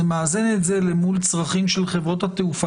זה מאזן אל מול צרכים של חברות התעופה.